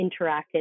interacted